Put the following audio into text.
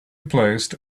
placed